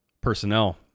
personnel